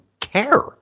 care